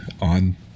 on